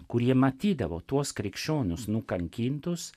kurie matydavo tuos krikščionius nukankintus